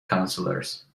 councillors